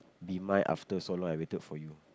be mine after so long I waited for you